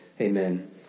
Amen